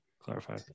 Clarify